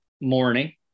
morning